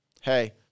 hey